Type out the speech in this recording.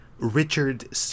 Richard